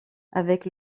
avec